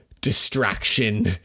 distraction